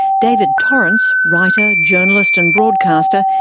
david torrance, writer, journalist and broadcaster,